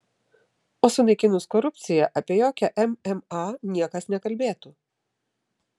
o sunaikinus korupciją apie jokią mma niekas nekalbėtų